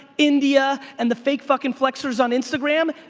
india and the fake fucking flexers on instagram.